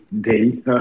day